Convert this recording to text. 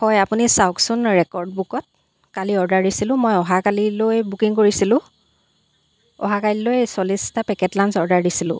হয় আপুনি চাওঁকচোন ৰেকৰ্ড বুকত কালি অৰ্ডাৰ দিছিলোঁ মই অহাকালিলৈ বুকিং কৰিছিলোঁ অহাকাইলৈ চল্লিছটা পেকেটলান্স অৰ্ডাৰ দিছিলোঁ